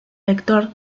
vector